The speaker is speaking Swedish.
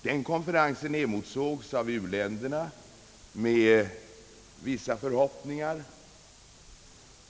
Den konferensen emotsågs av utlänningarna med vissa förhoppningar.